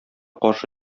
каршы